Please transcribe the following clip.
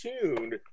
tuned